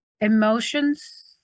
emotions